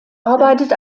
arbeitet